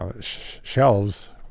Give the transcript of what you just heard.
shelves